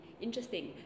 interesting